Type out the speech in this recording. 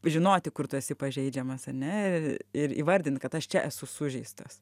žinoti kur tu esi pažeidžiamas ane ir įvardint kad aš čia esu sužeistas